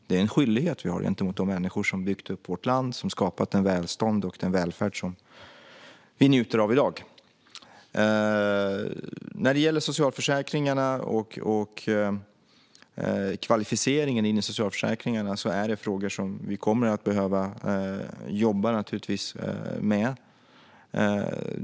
Det är en skyldighet som vi har gentemot de människor som har byggt upp vårt land och skapat det välstånd och den välfärd som vi njuter av i dag. När det gäller socialförsäkringarna och kvalificeringen in i dessa är det frågor som vi kommer att behöva jobba med.